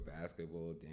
basketball